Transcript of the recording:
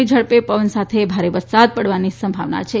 ના ઝડપે પવન સાથે ભારે વરસાદ પડવાની સંભાવના છે